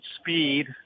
speed